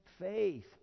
faith